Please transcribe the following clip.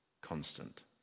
constant